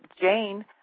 Jane